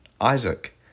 Isaac